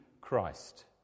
Christ